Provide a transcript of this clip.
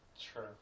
True